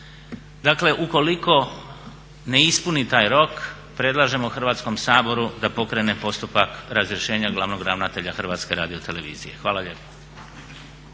dakle ukoliko ne ispuni taj rok predlažemo Hrvatskom saboru da pokrene postupak razrješenja glavnog ravnatelja HRT-a. Hvala lijepa.